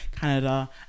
Canada